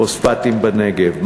פוספטים בנגב,